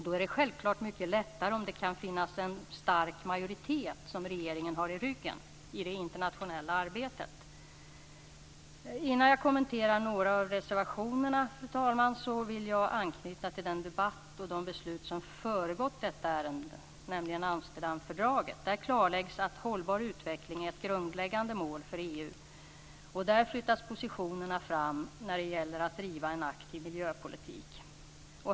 Då är det självklart mycket lättare om regeringen har en stark majoritet i ryggen i det internationella arbetet. Innan jag kommenterar några av reservationerna, fru talman, vill jag anknyta till den debatt och de beslut som föregått detta ärende, nämligen Amsterdamfördraget. Där klarläggs att hållbar utveckling är ett grundläggande mål för EU. Där flyttas positionerna fram när det gäller att driva en aktiv miljöpolitik.